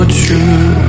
true